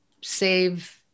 save